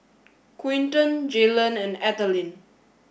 Quinton Jalon and Ethelene